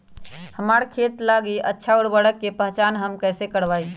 हमार खेत लागी अच्छा उर्वरक के पहचान हम कैसे करवाई?